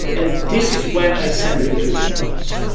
and this is when i send the decryption blocks.